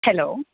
hello